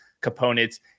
components